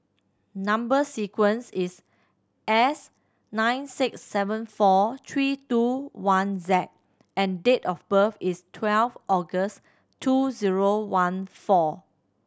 number sequence is S nine six seven four three two one Z and date of birth is twelfth August two zero one four